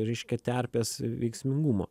reiškia terpės veiksmingumo